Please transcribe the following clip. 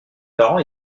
parents